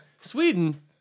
Sweden